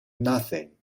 nothing